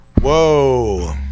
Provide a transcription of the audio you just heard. Whoa